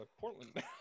Portland